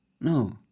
No